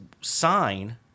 sign